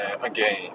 again